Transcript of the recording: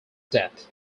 death